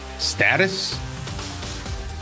status